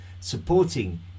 supporting